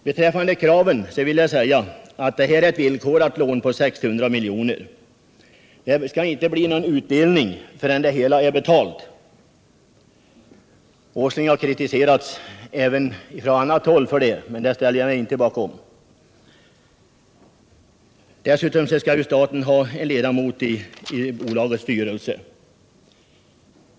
Lånet är emellertid förknippat med villkor. Det skall inte bli någon aktieutdelning förrän lånet är betalt. — Nils Åsling har kritiserats från annat håll för detta, men den kritiken ställer jag mig inte bakom. Dessutom skall staten ha en ledamot i bolagets styrelse.